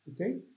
okay